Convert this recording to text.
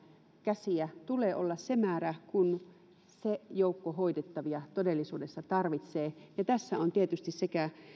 käsiä tulee olla se määrä kuin se joukko hoidettavia todellisuudessa tarvitsee tässä on tietysti sekä